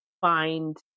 find